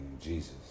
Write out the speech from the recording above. Jesus